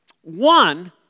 One